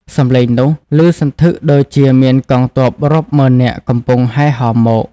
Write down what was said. សម្លេងនោះឮសន្ធឹកដូចជាមានកងទ័ពរាប់ម៉ឺននាក់កំពុងហែហមមក។